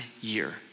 year